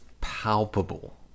palpable